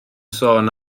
sôn